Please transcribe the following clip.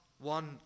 one